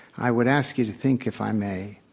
i would ask you to think, if i may,